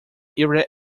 ira